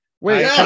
Wait